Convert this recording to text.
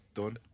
done